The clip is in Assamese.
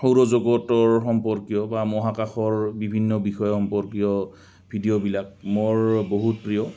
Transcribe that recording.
সৌৰজগতৰ সম্পৰ্কীয় বা মহাকাশৰ বিভিন্ন বিষয় সম্পৰ্কীয় ভিডিঅ'বিলাক মোৰ বহুত প্ৰিয়